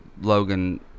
Logan